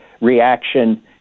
reaction